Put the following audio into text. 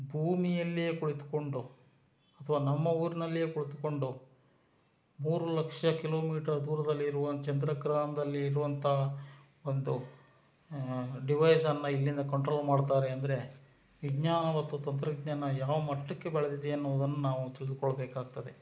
ಭೂಮಿಯಲ್ಲಿಯೇ ಕುಳಿತುಕೊಂಡು ಅಥವಾ ನಮ್ಮ ಊರಿನಲ್ಲಿಯೇ ಕುಳಿತುಕೊಂಡು ಮೂರು ಲಕ್ಷ ಕಿಲೋಮೀಟ್ರ್ ದೂರದಲ್ಲಿರುವ ಚಂದ್ರ ಗ್ರಹದಲ್ಲಿ ಇರುವಂಥ ಒಂದು ಡಿವೈಸನ್ನು ಇಲ್ಲಿಂದ ಕಂಟ್ರೋಲ್ ಮಾಡ್ತಾರೆ ಅಂದರೆ ವಿಜ್ಞಾನ ಮತ್ತು ತಂತ್ರಜ್ಞಾನ ಯಾವ ಮಟ್ಟಕ್ಕೆ ಬೆಳೆದಿದೆ ಎನ್ನುವುದನ್ನು ನಾವು ತಿಳಿದುಕೊಳ್ಬೇಕಾಗ್ತದೆ